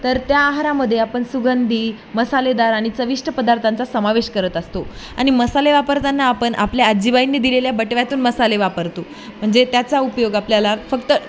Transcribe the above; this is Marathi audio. तर त्या आहारामध्ये आपण सुगंधी मसालेदार आणि चविष्ट पदार्थांचा समावेश करत असतो आणि मसाले वापरतांना आपण आपल्या आजीबाईंनी दिलेल्या बटव्यातून मसाले वापरतो म्हणजे त्याचा उपयोग आपल्याला फक्त